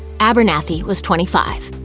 abernathy was twenty five.